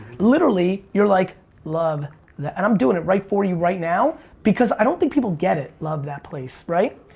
literally you're like love that and i'm doing that right for you, right now because i don't think people get it love that place right?